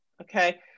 okay